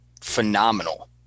phenomenal